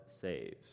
saves